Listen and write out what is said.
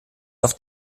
oft